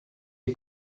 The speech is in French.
des